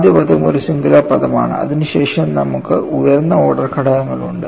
ആദ്യ പദം ഒരു സിംഗുലാർ പദമാണ് അതിനുശേഷം നമുക്ക് ഉയർന്ന ഓർഡർ ഘടകങ്ങളുണ്ട്